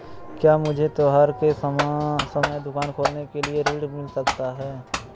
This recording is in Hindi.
क्या मुझे त्योहार के समय दुकान खोलने के लिए ऋण मिल सकता है?